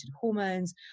hormones